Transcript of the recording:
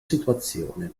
situazione